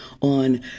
on